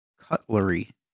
cutlery